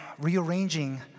Rearranging